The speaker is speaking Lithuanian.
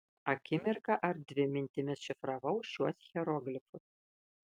akimirką ar dvi mintimis šifravau šiuos hieroglifus